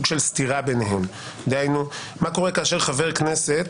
(ד)חברי הכנסת יכהנו כחברי הוועדה כל עוד הם חברי הכנסת,